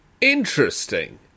Interesting